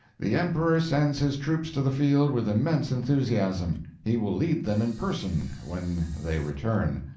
the emperor sends his troops to the field with immense enthusiasm. he will lead them in person, when they return.